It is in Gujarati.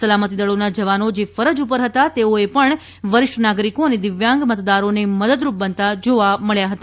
સલામતી દળોના જવાનો જે ફરજ ઉપર હતા તેઓએ પણ વરિષ્ઠ નાગરિકો અને દિવ્યાંગ મતદારોને મદદરૂપ બનતા જોવા મળ્યા હતા